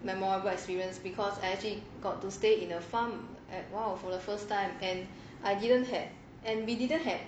memorable experience because I actually got to stay in a farm like !wow! for the first time and I didn't have and we didn't have